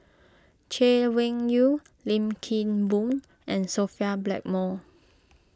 Chay Weng Yew Lim Kim Boon and Sophia Blackmore